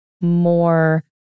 more